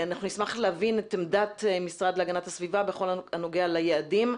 אנחנו נשמח להבין את עמדת המשרד להגנת הסביבה בכל הנוגע ליעדים,